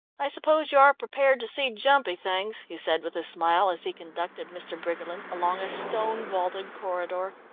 i suppose you are prepared to see jumpy things, he said with a smile, as he conducted mr. briggerland along a stone-vaulted corridor.